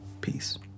Peace